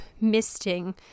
misting